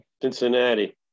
Cincinnati